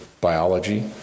biology